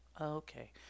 Okay